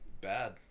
bad